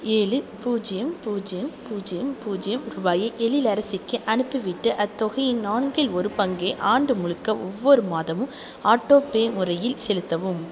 ஏழு பூஜ்ஜியம் பூஜ்ஜியம் பூஜ்ஜியம் பூஜ்ஜியம் ரூபாயை எலிலரசிக்கு அனுப்பிவிட்டு அத்தொகையின் நான்கில் ஒரு பங்கை ஆண்டு முழுக்க ஒவ்வொரு மாதமும் ஆட்டோ பே முறையில் செலுத்தவும்